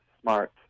SMART